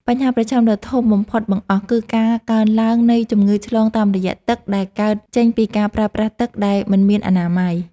បញ្ហាប្រឈមដ៏ធំដំបូងបង្អស់ គឺការកើនឡើងនៃជំងឺឆ្លងតាមរយៈទឹក ដែលកើតចេញពីការប្រើប្រាស់ទឹកដែលមិនមានអនាម័យ។